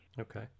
Okay